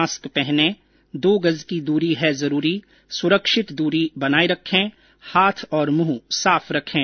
mask पहनें दो गज की दूरी है जरूरी सुरक्षित दूरी बनाए रखें हाथ और मुंह साफ रखें